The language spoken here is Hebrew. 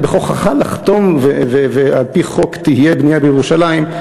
ובכוחך לחתום ועל-פי חוק תהיה בנייה בירושלים,